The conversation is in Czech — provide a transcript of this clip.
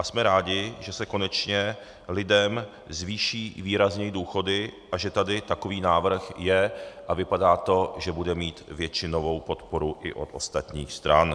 Jsme rádi, že se konečně lidem zvýší výrazněji důchody a že tady takový návrh je a vypadá to, že bude mít většinovou podporu i od ostatních stran.